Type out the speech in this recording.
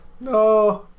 No